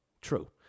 True